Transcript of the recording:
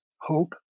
hope